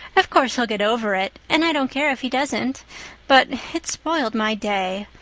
of course he'll get over it and i don't care if he doesn't but it spoiled my day.